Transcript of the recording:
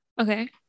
Okay